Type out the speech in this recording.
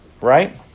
right